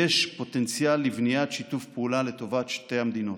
יש פוטנציאל לבניית שיתוף פעולה לטובת שתי המדינות.